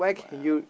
!wow!